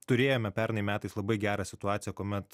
turėjome pernai metais labai gerą situaciją kuomet